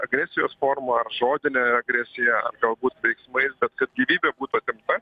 agresijos forma ar žodine agresija ar galbūt veiksmais bet kad gyvybė būtų atimta